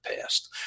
past